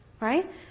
Right